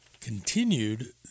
continued